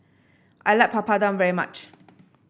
I like Papadum very much